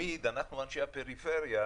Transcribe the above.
ותמיד אנחנו אנשי הפריפריה,